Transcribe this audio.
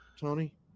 Tony